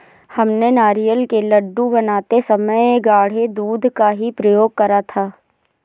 हमने नारियल के लड्डू बनाते समय गाढ़े दूध का ही प्रयोग करा था